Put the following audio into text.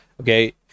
okay